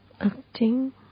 Acting